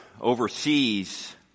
overseas